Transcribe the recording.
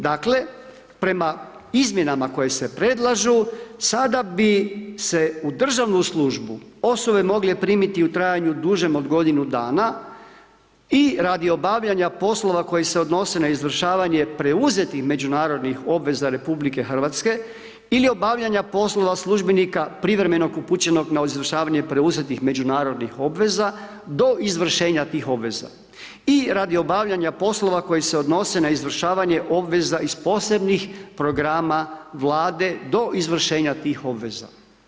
Dakle, prema izmjenama koje se predlažu, sada bi se u državnu službu osobe mogle primiti u trajanju dužem od godinu dana i radi obavljanja poslova koji se odnose na izvršavanje preuzetih međunarodnih obveza RH ili obavljanja poslova službenika privremenog upućenog na izvršavanje preuzetih međunarodnih obveza do izvršenja tih obveza i radi obavljanja poslova koji se odnose na izvršavanje obveza iz Posebnih programa Vlade do izvršenja tih obveza.